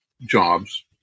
jobs